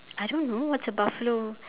I don't know what's a buffalo